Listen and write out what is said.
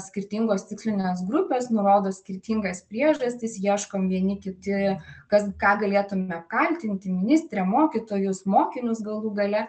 skirtingos tikslinės grupės nurodo skirtingas priežastis ieškom vieni kiti kas ką galėtume kaltinti ministrę mokytojus mokinius galų gale